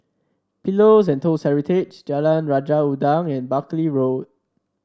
Pillows and Toast Heritage Jalan Raja Udang and Buckley Road